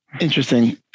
Interesting